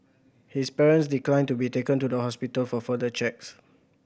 his parents declined to be taken to the hospital for further checks